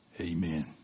Amen